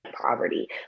poverty